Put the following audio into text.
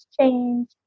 change